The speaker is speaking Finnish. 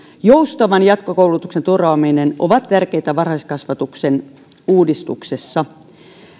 joustavan jatkokulutuksen turvaaminen ovat tärkeitä varhaiskasvatuksen uudistuksessa